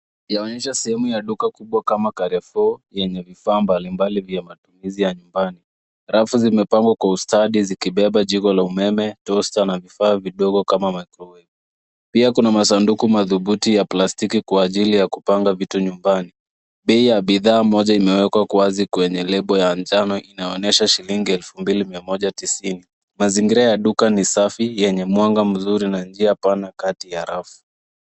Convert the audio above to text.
Hapa tunaona sehemu ya ndani ya duka kubwa linalofanana na ghala lenye bidhaa mbalimbali za matumizi ya nyumbani. Rafu zimepangwa kwa ustadi, zikibeba vifaa vya umeme, sufuria na vyombo vingine vidogo kama masufuria. Pia kuna masanduku makubwa ya plastiki yanayotumika kwa ajili ya kupanga vitu nyumban